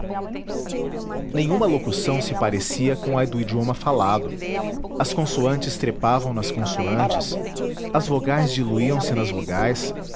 nenhuma locução se parecia com a do idioma falado as consoantes trepavam nas consoantes as vogais diluíam se nas vogais